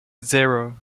zero